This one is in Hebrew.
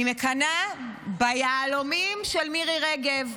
אני מקנאה ביהלומים של מירי רגב.